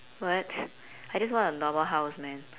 what I just want a normal house man